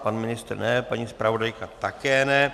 Pan ministr ne, paní zpravodajka také ne.